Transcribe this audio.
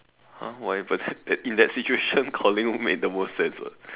!huh! why but then in that situation calling made the most sense [what]